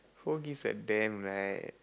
who gives a damn right